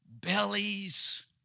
bellies